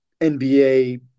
NBA